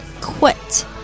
quit